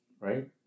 Right